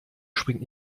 springt